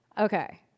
Okay